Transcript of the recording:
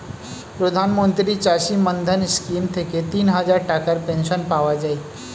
প্রধানমন্ত্রী চাষী মান্ধান স্কিম থেকে তিনহাজার টাকার পেনশন পাওয়া যায়